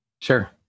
Sure